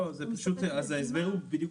זה התיקון שאנחנו מבקשים.